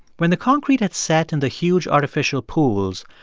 when the concrete had set in the huge artificial pools,